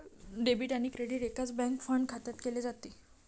debit आणि credit एकाच bank fund खात्यात केले जाते